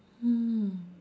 mm